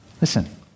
Listen